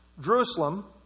Jerusalem